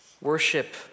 worship